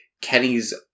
Kenny's